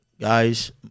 Guys